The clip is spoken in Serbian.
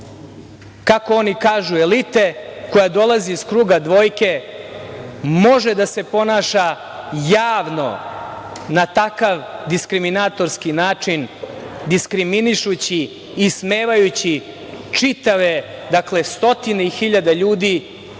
kako oni kažu elite koja dolazi iz kruga dvojke, može da se ponaša javno na takav diskriminatorski način, diskriminišući, ismevajući čitave, stotine i hiljade ljudi,